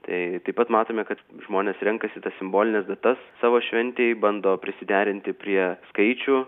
tai taip pat matome kad žmonės renkasi tas simbolines datas savo šventei bando prisiderinti prie skaičių